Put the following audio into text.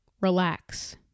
relax